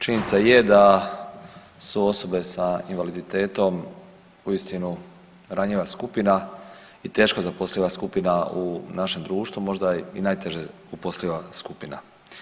Činjenica je da su osobe sa invaliditetom uistinu ranjiva skupina i teško zaposliva skupina u našem društvu, možda i najteže uposliva skupina.